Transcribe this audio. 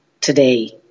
today